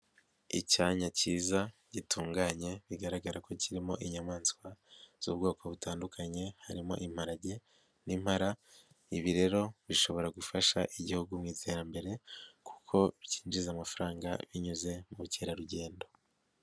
Icyanya cyiza gitunganye bigaragara ko kirimo inyamaswa z'ubwoko butandukanye, harimo imparage n'impara, ibi rero bishobora gufasha igihugu mu iterambere kuko byinjiza amafaranga binyuze mu bukerarugendo.